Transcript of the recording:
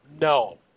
no